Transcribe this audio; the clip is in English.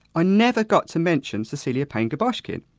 ah never got to mention cecilia payne-gaposchkin.